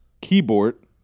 Keyboard